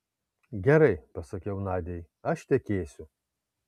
gerai pasakiau nadiai aš tekėsiu